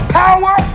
power